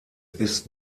ist